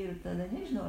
ir tada nežinau